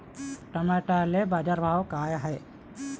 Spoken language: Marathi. टमाट्याले बाजारभाव काय हाय?